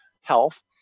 health